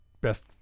best